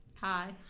Hi